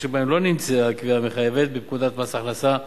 שבהם לא נמצאה קביעה מחייבת בפקודת מס הכנסה ,